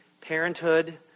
parenthood